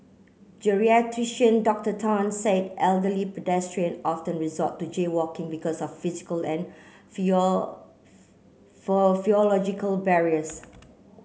Geriatrician Doctor Tan said elderly pedestrian often resort to jaywalking because of physical and barriers